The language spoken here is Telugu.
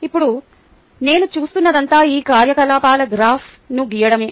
ఇప్పుడు నేను చేస్తున్నదంతా ఈ కార్యకలాపాల గ్రాఫ్ను గీయడమే